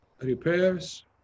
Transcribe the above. repairs